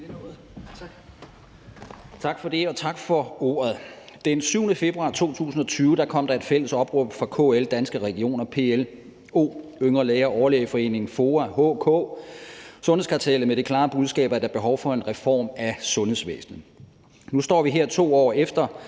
Tak for det, og tak for ordet. Den 7. februar 2020 kom der et fælles opråb fra KL, Danske Regioner, PLO, Yngre Læger, Overlægeforeningen, FOA, HK og Sundhedskartellet med det klare budskab, at der er behov for en reform af sundhedsvæsenet. Nu står vi her 2 år efter,